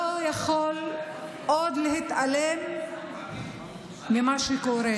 לא יכול עוד להתעלם ממה שקורה.